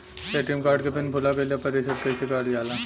ATM card के PIN भूला गइल बा रीसेट कईसे करल जाला?